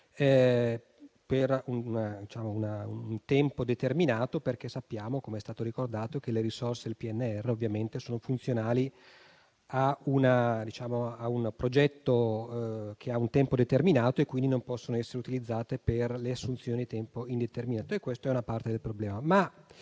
per un tempo determinato. Sappiamo infatti, com'è stato ricordato, che le risorse del PNRR sono funzionali a un progetto a tempo determinato, quindi non possono essere utilizzate per le assunzioni a tempo indeterminato e questa è una parte del problema.